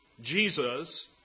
Jesus